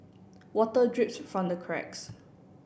water drips from the cracks